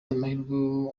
amahirwe